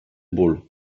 ból